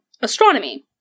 Astronomy